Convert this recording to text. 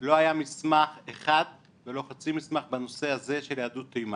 לא היה מסמך אחד ולא חצי מסמך בנושא הזה של יהדות תימן.